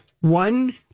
One